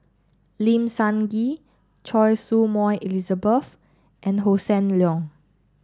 Lim Sun Gee Choy Su Moi Elizabeth and Hossan Leong